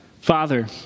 Father